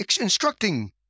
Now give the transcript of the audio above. instructing